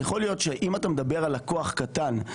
אם אתה מדבר על לקוח קטן,